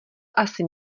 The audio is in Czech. asi